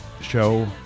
show